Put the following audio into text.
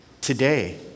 today